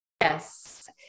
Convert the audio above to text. yes